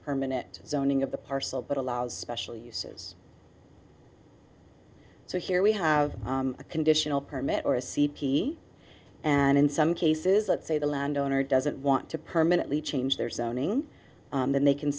permanent zoning of the parcel but allows special uses so here we have a conditional permit or a c p and in some cases let's say the landowner doesn't want to permanently change their zoning then they can